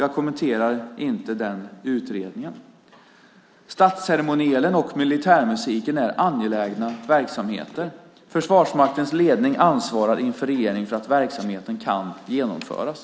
Jag kommenterar inte denna utredning. Statsceremonielen och militärmusiken är angelägna verksamheter. Försvarsmaktens ledning ansvarar inför regeringen för att verksamheten kan genomföras.